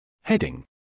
Heading